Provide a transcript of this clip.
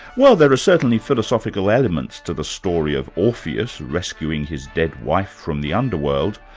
well, there are certainly philosophical elements to the story of orpheus rescuing his dead wife from the underworld,